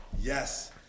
Yes